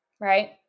right